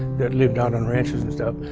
that lived out on ranches and stuff,